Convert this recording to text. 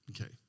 Okay